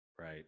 Right